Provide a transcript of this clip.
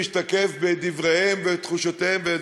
כפי שמשתקף בדבריהם ובתחושותיהם של